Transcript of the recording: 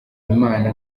imana